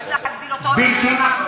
אז להגדיל אותו עוד יותר?